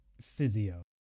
physio